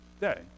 day